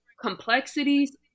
complexities